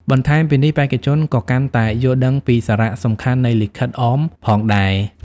បន្ថែមពីនេះ បេក្ខជនក៏កាន់តែយល់ដឹងពីសារៈសំខាន់នៃលិខិតអមផងដែរ។